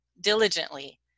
diligently